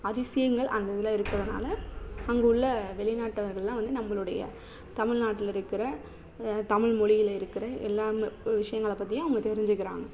அதிசயங்கள் அந்த இதில் இருக்கிறதுனால அங்கே உள்ள வெளிநாட்டவர்கள்லாம் நம்மளுடைய தமிழ்நாட்டுல இருக்கிற தமிழ் மொழியில இருக்கிற எல்லா விஷயங்களை பற்றியும் அவங்க தெரிஞ்சுக்கிறாங்க